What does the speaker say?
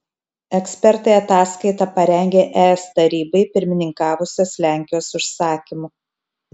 ekspertai ataskaitą parengė es tarybai pirmininkavusios lenkijos užsakymu